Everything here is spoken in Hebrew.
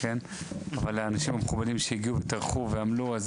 אבל האנשים המכובדים שהגיעו וטרחו ועמלו אז